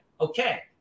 Okay